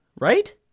right